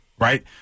right